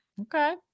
Okay